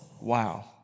Wow